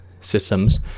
systems